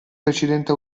precedente